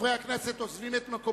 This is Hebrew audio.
אני מבקש מחברי הכנסת לאשר את החוקים כמו